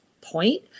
point